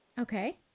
okay